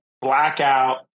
blackout